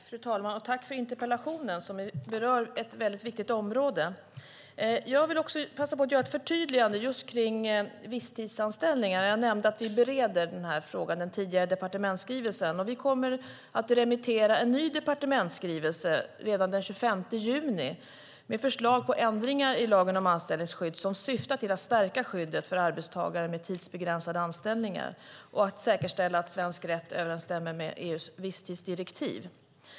Fru talman! Tack för interpellationen som berör ett väldigt viktigt område! Jag vill passa på att göra ett förtydligande när det gäller visstidsanställningar. Jag nämnde att vi bereder frågan i en tidigare departementsskrivelse. Vi kommer att remittera en ny departementsskrivelse redan den 25 juni med förslag till ändringar i lagen om anställningsskydd som syftar till att stärka skyddet för arbetstagare med tidsbegränsade anställningar och att säkerställa att svensk rätt överensstämmer med EU:s visstidsdirektiv.